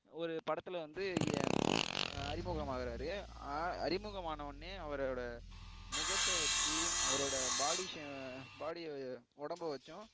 ஒரு படத்தில் வந்து அறிமுகமாகிறாரு அறிமுகம் ஆன ஒடனே அவரோடய முகத்தை வச்சு அவரோடய பாடி பாடி உடம்ப வச்சும்